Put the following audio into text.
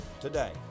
today